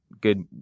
good